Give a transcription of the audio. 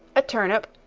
a turnip,